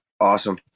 awesome